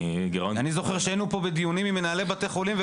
אני זוכר שהיינו פה בדיונים עם מנהלי בתי חולים,